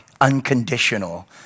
unconditional